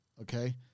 okay